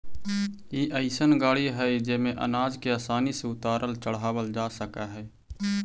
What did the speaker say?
ई अइसन गाड़ी हई जेमे अनाज के आसानी से उतारल चढ़ावल जा सकऽ हई